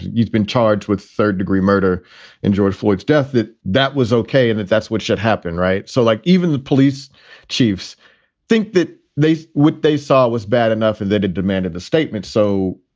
you'd been charged with third degree murder in george ford's death. that that was ok. and that's that's what should happen. right. so, like, even the police chiefs think that they what they saw was bad enough and they did demanded the statements. so,